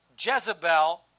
Jezebel